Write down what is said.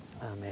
Amen